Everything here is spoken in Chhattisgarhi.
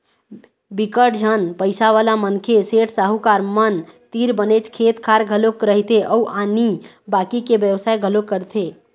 बिकट झन पइसावाला मनखे, सेठ, साहूकार मन तीर बनेच खेत खार घलोक रहिथे अउ आनी बाकी के बेवसाय घलोक करथे